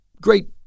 great